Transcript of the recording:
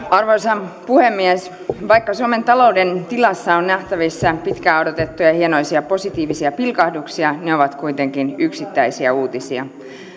arvoisa puhemies vaikka suomen talouden tilassa on nähtävissä pitkään odotettuja hienoisia positiivisia pilkahduksia ne ovat kuitenkin yksittäisiä uutisia